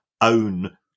own